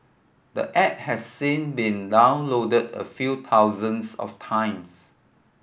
the app has sin been downloaded a few thousands of times